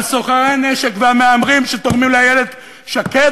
על סוחרי הנשק והמהמרים שתורמים לאיילת שקד,